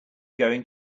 going